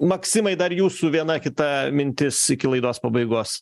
maksimai dar jūsų viena kita mintis iki laidos pabaigos